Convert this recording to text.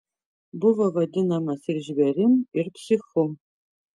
buvo vadinamas ir žvėrim ir psichu